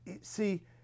see